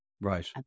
Right